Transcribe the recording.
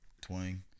twang